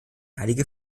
heilige